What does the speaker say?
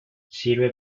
sirve